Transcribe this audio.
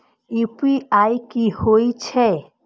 UPI की होई छै?